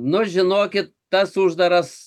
nu žinokit tas uždaras